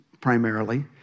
primarily